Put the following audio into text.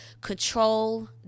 Control